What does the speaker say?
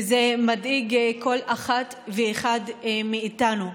וזה מדאיג כל אחת ואחד מאיתנו.